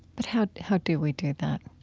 but how how do we do that?